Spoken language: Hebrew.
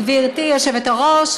גברתי היושבת-ראש,